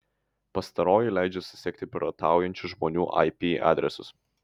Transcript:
pastaroji leidžia susekti pirataujančių žmonių ip adresus